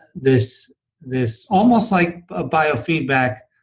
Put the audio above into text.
this this almost like a biofeedback,